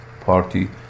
party